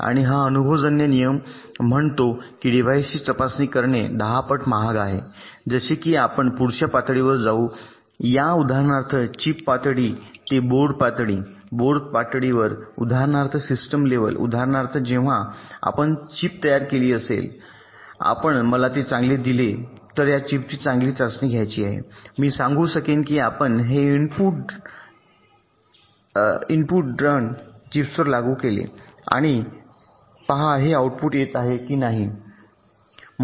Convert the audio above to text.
आणि हा अनुभवजन्य नियम म्हणतो की डिव्हाइसची तपासणी करणे 10 पट महाग आहे जसे की आपण पुढच्या उच्च पातळीवर जाऊ या उदाहरणार्थ चिप पातळी ते बोर्ड पातळीवर बोर्ड पातळीवर उदाहरणार्थ सिस्टम लेव्हल उदाहरणार्थ जेव्हा आपण चिप तयार केली असेल आपण मला ते चांगले दिले तर या चिपची चांगली चाचणी घ्यायची आहे मी सांगू शकेन की आपण हे इनपुट इन चिप्सवर लागू केले आणि पहा हे आउटपुट येत आहेत की नाही